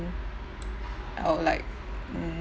I'll like mm